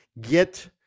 get